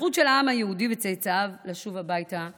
הזכות של העם היהודי וצאצאיו לשוב הביתה לציון.